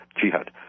jihad